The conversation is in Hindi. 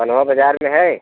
बनवा बाज़ार में है